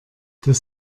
das